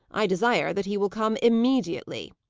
i desire that he will come immediately